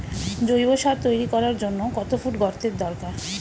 জৈব সার তৈরি করার জন্য কত ফুট গর্তের দরকার?